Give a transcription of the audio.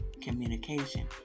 communication